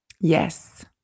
Yes